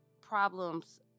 problems